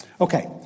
Okay